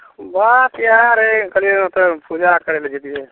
बात इएह रहै कनिए ओतय पूजा करय लेल जेतियै रहए